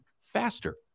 faster